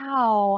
Wow